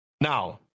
Now